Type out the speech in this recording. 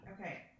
Okay